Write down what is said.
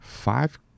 five